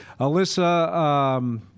Alyssa